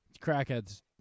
Crackheads